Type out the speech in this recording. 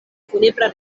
funebra